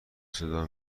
صدا